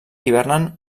hibernen